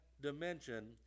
dimension